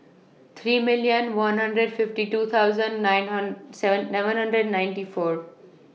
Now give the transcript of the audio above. three million one hundred fifty two thousand nine seven hundred and ninety four